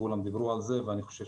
כולם דיברו על זה ואני חושב